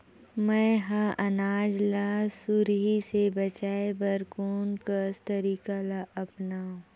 मैं ह अनाज ला सुरही से बचाये बर कोन कस तरीका ला अपनाव?